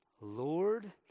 Lord